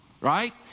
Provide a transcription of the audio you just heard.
right